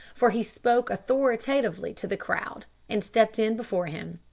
for he spoke authoritatively to the crowd, and stepped in before him.